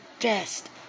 best